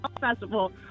festival